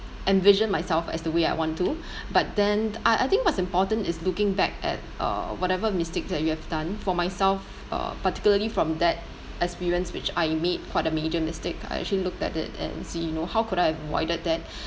envision myself as the way I want to but then I I think what's important is looking back at uh whatever mistakes that you have done for myself uh particularly from that experience which I made quite a major mistake I actually looked at it and see you know how could I have avoided that